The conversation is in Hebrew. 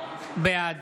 בעד